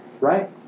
Right